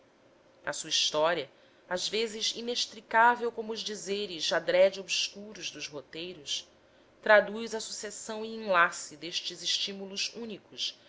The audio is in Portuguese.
a sua história às vezes inextricável como os dizeres adrede obscuros dos roteiros traduz a sucessão e enlace destes estímulos únicos